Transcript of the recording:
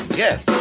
yes